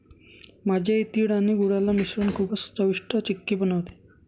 माझी आई तिळ आणि गुळाला मिसळून खूपच चविष्ट चिक्की बनवते